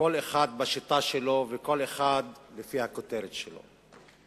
כל אחת בשיטה שלה וכל אחת לפי הכותרת שלה.